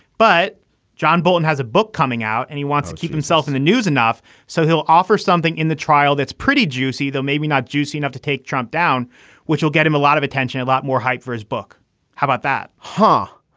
but john bolton has a book coming out and he wants to keep himself in the news enough so he'll offer something in the trial. that's pretty juicy, though. maybe not juicy enough to take trump down, which will get him a lot of attention, a lot more hype for his book how about that, huh?